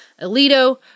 Alito